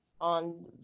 on